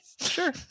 sure